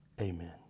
amen